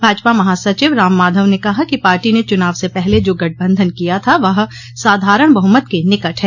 भाजपा महासचिव राम माधव ने कहा कि पार्टी ने चुनाव से पहले जो गठबंधन किया था वह साधारण बहुमत के निकट है